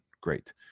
great